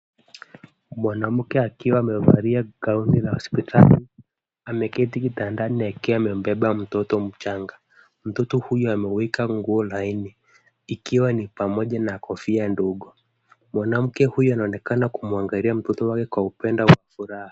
Mwanamke akiwa amevalia gauni la hospitali. Ameketi kitandani akiwa amembeba mtoto mchanga. Mtoto huyu amewekwa nguo laini, ikiwa ni pamoja na kofia ndogo. Mwanamke huyu anaonekana kumuangalia mtoto wake kwa upendo au furaha.